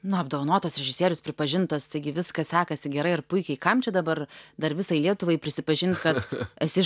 nu apdovanotas režisierius pripažintas taigi viskas sekasi gerai ir puikiai kam čia dabar dar visai lietuvai prisipažint kad esi